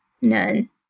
None